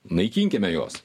naikinkime juos